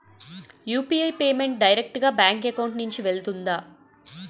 UPI payment direct గా bank account నుంచి వెళ్తుందా?